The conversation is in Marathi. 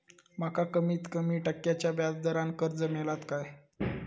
माका कमीत कमी टक्क्याच्या व्याज दरान कर्ज मेलात काय?